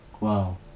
wow